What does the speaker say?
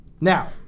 Now